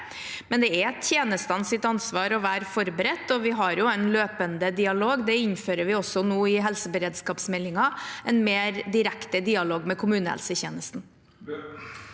Men det er tjenestenes ansvar å være forberedt, og vi har en løpende dialog. Nå innfører vi også, i helseberedskapsmeldingen, en mer direkte dialog med kommunehelsetjenesten.